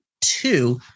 two